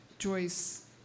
Joyce